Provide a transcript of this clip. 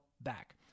back